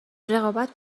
رقابت